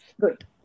good